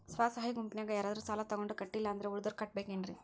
ಸ್ವ ಸಹಾಯ ಗುಂಪಿನ್ಯಾಗ ಯಾರಾದ್ರೂ ಸಾಲ ತಗೊಂಡು ಕಟ್ಟಿಲ್ಲ ಅಂದ್ರ ಉಳದೋರ್ ಕಟ್ಟಬೇಕೇನ್ರಿ?